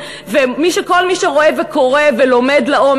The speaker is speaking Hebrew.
אז כל הבעיה זו בעיה של זמן?